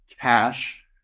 cash